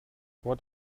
what